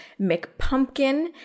McPumpkin